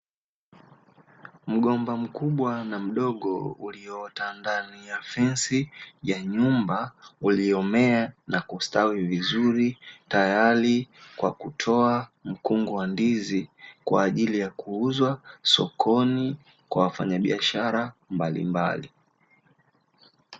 Mgomba mkubwa na mdogo ulioota ndani ya fensi ya nyumba uliomea na kustawi vizuri tayari kwa kutoa mkungu wa ndizi kwa ajili ya kuuzwa sokoni kwa wafanyabiashara mbalimbali.